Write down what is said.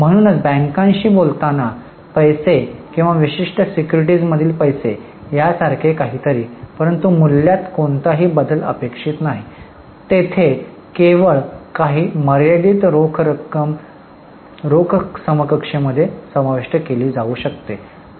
म्हणूनच बँकांशी बोलताना पैसे किंवा विशिष्ट सिक्युरिटीजमधील पैसे यासारखे काहीतरी परंतु मूल्यात कोणताही बदल अपेक्षित नाही तेथे केवळ काही मर्यादित रोख रक्कम रोख समकक्षतेमध्ये समाविष्ट केली जाऊ शकते